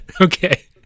Okay